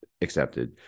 accepted